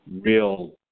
real